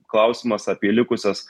klausimas apie likusias